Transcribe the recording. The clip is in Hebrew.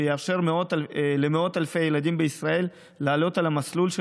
שיאפשר למאות אלפי ילדים בישראל לעלות על מסלול של